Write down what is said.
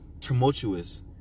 tumultuous